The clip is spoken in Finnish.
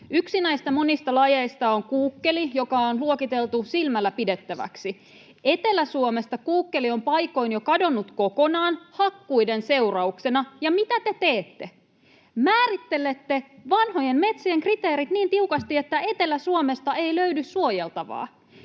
Yksi näistä monista lajeista on kuukkeli, joka on luokiteltu silmälläpidettäväksi. Etelä-Suomesta kuukkeli on paikoin jo kadonnut kokonaan hakkuiden seurauksena. Ja mitä te teette? Määrittelette vanhojen metsien kriteerit niin tiukasti, että Etelä-Suomesta ei löydy suojeltavaa.